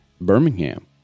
Birmingham